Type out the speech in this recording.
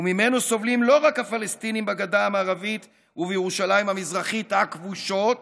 וממנו סובלים לא רק הפלסטינים בגדה המערבית ובירושלים המזרחית הכבושות